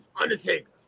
Undertaker